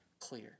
clear